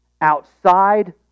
outside